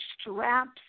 straps